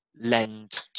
lend